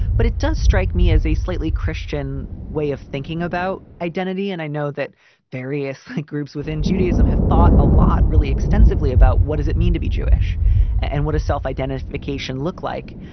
but it does strike me as a slightly christian way of thinking about identity. and i know that various groups within judaism have thought a lot really extensively about what does it mean to be jewish and what a self-identification look like.